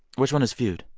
which one is feud?